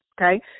okay